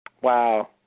Wow